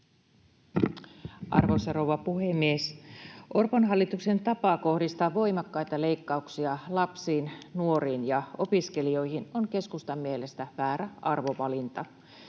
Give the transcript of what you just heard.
Arvoisa rouva puhemies! Orpon hallituksen tapa kohdistaa voimakkaita leikkauksia lapsiin, nuoriin ja opiskelijoihin on keskustan mielestä väärä arvovalinta.